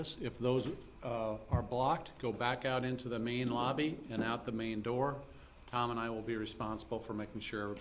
us if those are blocked go back out into the main lobby and out the main door and i will be responsible for making sure